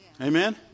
Amen